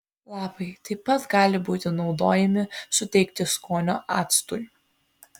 lapai taip pat gali būti naudojami suteikti skonio actui